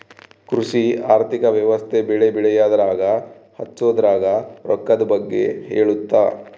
ಕೃಷಿ ಆರ್ಥಿಕ ವ್ಯವಸ್ತೆ ಬೆಳೆ ಬೆಳೆಯದ್ರಾಗ ಹಚ್ಛೊದ್ರಾಗ ರೊಕ್ಕದ್ ಬಗ್ಗೆ ಹೇಳುತ್ತ